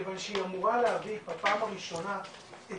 מכיוון שהיא אמורה להביא בפעם הראשונה את